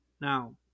Now